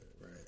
right